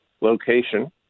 location